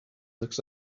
looks